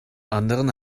anderen